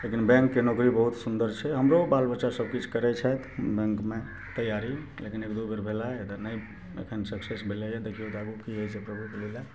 लेकिन बैँकके नोकरी बहुत सुन्दर छै हमरो बाल बच्चासभ किछु करै छथि बैँकमे तैआरी लेकिन एक दुइ बेर भेलै तऽ नहि एखन सक्सेस भेलै यऽ देखिऔ आगू कि होइ छै प्रभुके लीला